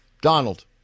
Donald